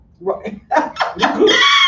Right